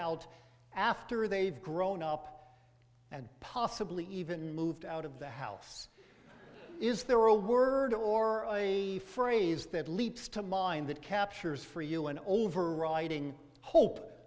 out after they've grown up and possibly even moved out of the house is there a word or a phrase that leaps to mind that captures for you an overriding